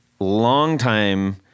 Long-time